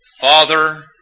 Father